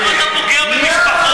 למה אתה בורח מהאמת?